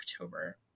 October